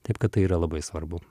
taip kad tai yra labai svarbu